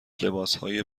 لباسهای